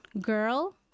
girl